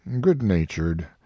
good-natured